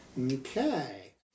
Okay